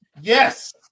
Yes